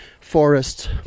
forests